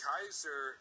Kaiser